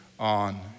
on